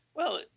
well,